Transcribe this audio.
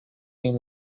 been